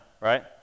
right